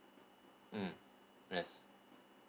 mm yes